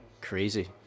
crazy